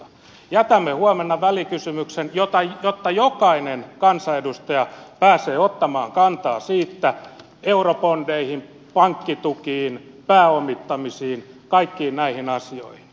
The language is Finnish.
jätämme huomenna välikysymyksen jotta jo kainen kansanedustaja pääsee ottamaan kantaa eurobondeihin pankkitukiin pääomittamisiin kaikkiin näihin asioihin